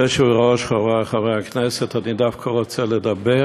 חברי חברי הכנסת, אני דווקא רוצה לדבר